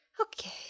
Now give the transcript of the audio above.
Okay